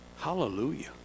Hallelujah